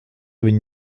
viņi